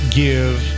give